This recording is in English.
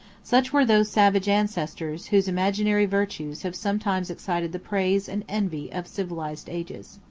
such were those savage ancestors, whose imaginary virtues have sometimes excited the praise and envy of civilized ages.